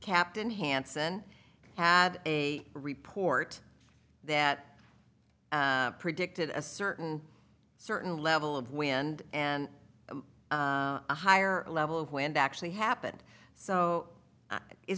captain hansen had a report that predicted a certain certain level of wind and a higher level of wind actually happened so